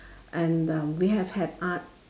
and um we have had art